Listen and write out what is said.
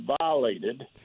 violated